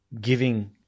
giving